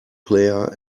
player